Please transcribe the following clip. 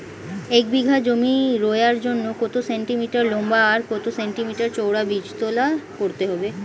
এক বিঘা জমি রোয়ার জন্য কত সেন্টিমিটার লম্বা আর কত সেন্টিমিটার চওড়া বীজতলা করতে হবে?